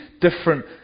different